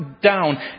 down